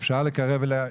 אני הולכת לספר סיפור אישי,